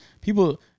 people